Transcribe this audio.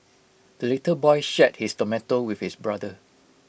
the little boy shared his tomato with his brother